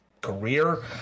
career